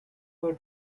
were